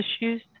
issues